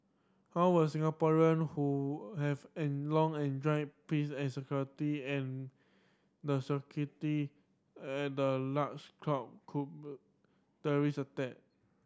how will Singaporean who have an long enjoyed peace and security and the security at the large cope cube terrorist attack